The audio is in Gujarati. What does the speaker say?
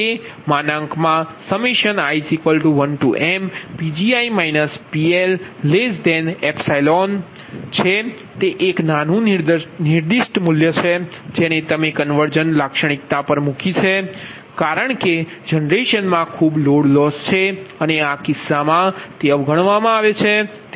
તે i 1mPgi PL∈ છે તે એક નાનું નિર્દિષ્ટ મૂલ્ય છે જેને તમે કન્વર્જન્સ લાક્ષણિકતા મૂકી છે તે છે કારણ કે જનરેશન માં ખૂબ લોડ લોસ છે અને આ કિસ્સામાં તે અવગણવામાં આવે છે